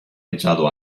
echado